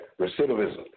recidivism